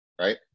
right